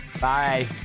bye